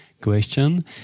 question